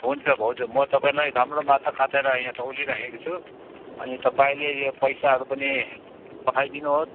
हुन्छ भाउजू म तपाईँलाई राम्रो माछा काटेर यहाँ तौलिरहेको छु अनि तपाईँले यो पैसाहरू पनि पठाइदिनुहोस्